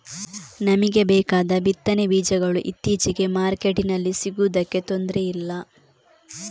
ನಮಿಗೆ ಬೇಕಾದ ಬಿತ್ತನೆ ಬೀಜಗಳು ಇತ್ತೀಚೆಗೆ ಮಾರ್ಕೆಟಿನಲ್ಲಿ ಸಿಗುದಕ್ಕೆ ತೊಂದ್ರೆ ಇಲ್ಲ